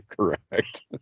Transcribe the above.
correct